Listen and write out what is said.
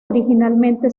originalmente